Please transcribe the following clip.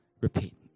Repeat